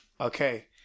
Okay